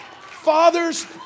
Fathers